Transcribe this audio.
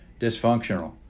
dysfunctional